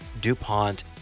DuPont